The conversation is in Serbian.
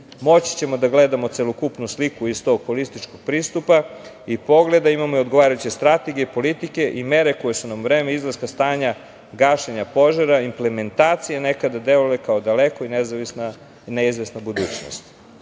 Moći ćemo da gledamo celokupnu sliku iz tog holističkog pristupa i pogleda, imamo i odgovarajuće strategije politike i mere koje su nam u vreme izlaska iz stanja gašenja požara, implementacija, nekada delovale kao daleka i neizvesna budućnost.